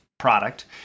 product